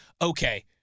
okay